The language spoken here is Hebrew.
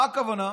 מה הכוונה?